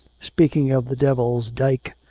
speaking of the devil's dyke,